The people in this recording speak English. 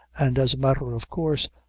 and as a matter of course,